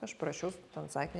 aš parašiau ten sakinį